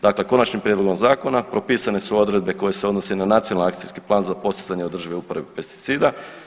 Dakle, konačnim prijedlogom zakona propisane su odredbe koje se odnose na Nacionalni akcijski plan za postizanje održive uporabe pesticida.